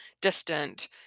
distant